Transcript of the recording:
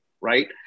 right